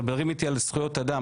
מדברים איתי על זכויות אדם,